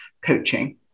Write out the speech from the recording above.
coaching